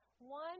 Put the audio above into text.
One